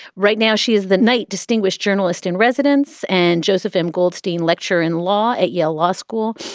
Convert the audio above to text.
right now, she is the knight distinguished journalist in residence, and joseph m. goldstein, lecturer in law at yale law school.